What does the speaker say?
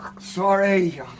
Sorry